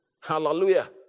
Hallelujah